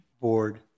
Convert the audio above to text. board